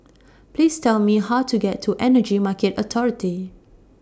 Please Tell Me How to get to Energy Market Authority